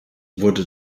wurde